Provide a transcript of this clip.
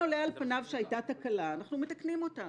למה לשכת ----- שהייתה תקלה אנחנו מתקנים אותה.